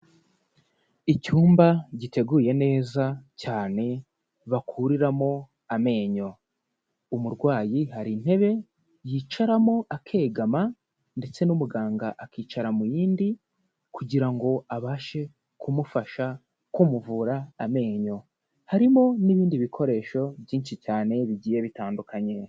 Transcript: Icyumba giteguye neza cyane bakuriramo amenyo. Umurwayi hari intebe yicaramo akegama ndetse n'umuganga akicara mu yindi kugira ngo abashe kumufasha kumuvura amenyo. Harimo n'ibindi bikoresho byinshi cyane bigiye bitandukanye.